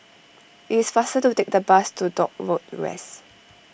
it is faster to take the bus to Dock Road West